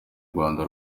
rwanda